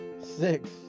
six